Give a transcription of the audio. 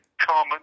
common